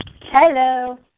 Hello